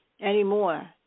anymore